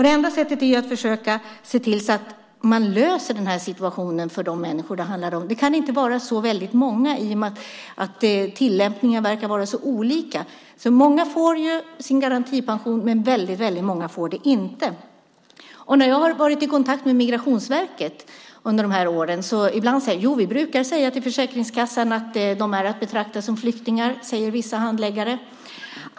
Det enda sättet är att försöka se till så att man löser den här situationen för de människor det handlar om. Det kan inte vara så väldigt många i och med att tillämpningen verkar vara så olika. Många får ju sin garantipension, men väldigt många får det inte. När jag har varit i kontakt med Migrationsverket så har de ibland sagt: Jo, vi brukar säga till Försäkringskassan att de är att betrakta som flyktingar. Så säger vissa handläggare.